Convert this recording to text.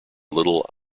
little